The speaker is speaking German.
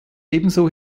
ebenso